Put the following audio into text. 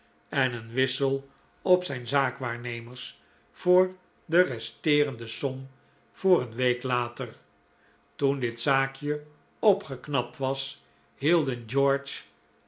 en een wissel op zijn zaakwaarnemers voor de resteerende som voor een week later toen dit zaakje opgeknapt was hielden george